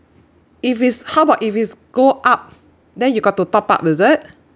if is how about if is go up then you got to top up is it